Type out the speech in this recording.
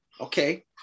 okay